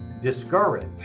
discourage